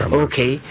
okay